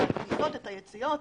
את הכניסות ואת היציאות.